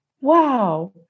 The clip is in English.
wow